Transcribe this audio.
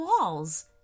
walls